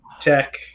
tech